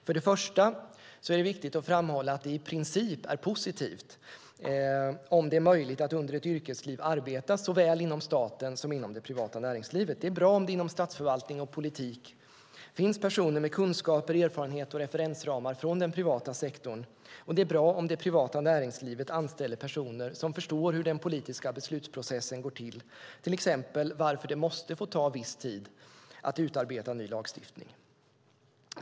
För det första är det viktigt att framhålla att det i princip är positivt om det är möjligt att under ett yrkesliv arbeta såväl inom staten som inom det privata näringslivet. Det är bra om det inom statsförvaltning och politik finns personer med kunskaper, erfarenheter och referensramar från den privata sektorn, och det är bra om det privata näringslivet anställer personer som förstår hur den politiska beslutsprocessen går till, exempelvis varför det måste få ta viss tid att utarbeta ny lagstiftning.